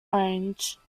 orange